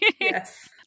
Yes